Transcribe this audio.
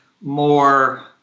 more